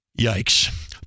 yikes